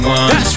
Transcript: one